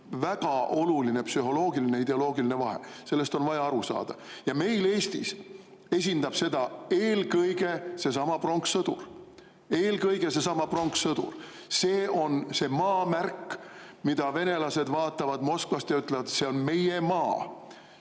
väga oluline psühholoogiline ja ideoloogiline vahe, sellest on vaja aru saada. Meil Eestis esindab seda [lähenemist] eelkõige seesama pronkssõdur. See on see maamärk, mida venelased vaatavad Moskvas ja ütlevad: "See on meie maa.